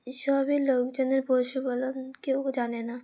সবই লোকজনের পশুপালন কেউ জানে না